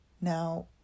now